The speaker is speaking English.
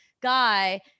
guy